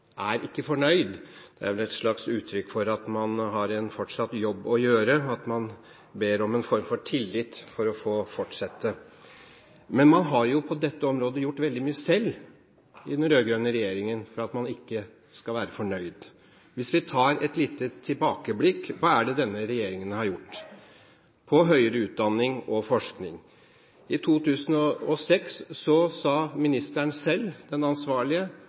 ber om en form for tillit for å få fortsette. Men man har jo på dette området gjort veldig mye selv i den rød-grønne regjeringen for at man ikke skal være fornøyd. Hvis vi tar et lite tilbakeblikk, hva er det denne regjeringen har gjort på høyere utdanning og forskning? I 2006 sa den ansvarlige ministeren selv